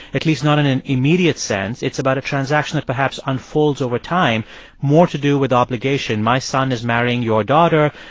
at least not in an immediate sense. it's about a transaction that perhaps unfolds over time more to do with obligation. my son is marrying your daughter.